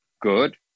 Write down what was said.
good